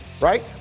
right